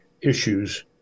issues